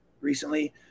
recently